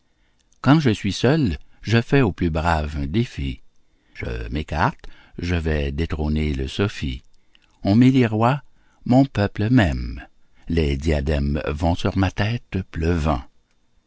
quand je suis seul je fais au plus brave un défi je m'écarte je vais détrôner le sophi on m'élit roi mon peuple m'aime les diadèmes vont sur ma tête pleuvant